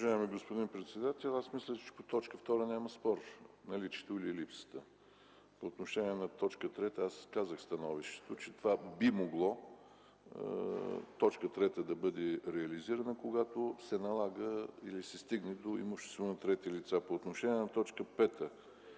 Уважаеми господин председател, аз мисля, че по т. 2 няма спор – „наличието или липсата”. По отношение на т. 3. Казах становището, че това би могло да бъде реализирано, когато се налага, или се стигне до имущество на трети лица. По отношение на т. 5.